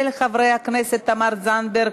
של חברי הכנסת תמר זנדברג,